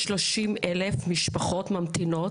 יש 30,000 משפחות ממתינות.